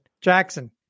jackson